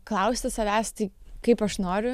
klausti savęs tai kaip aš noriu